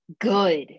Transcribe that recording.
good